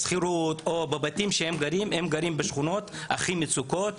בשכירות או בבתים שהם גרים בהם הם גרים בשכונות שהן שכונות מצוקה,